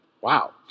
wow